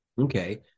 Okay